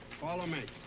follow me.